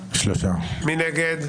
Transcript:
מי נגד?